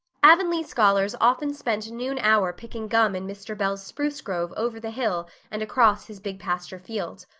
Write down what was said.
avonlea scholars often spent noon hour picking gum in mr. bell's spruce grove over the hill and across his big pasture field.